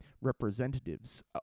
representatives